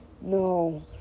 no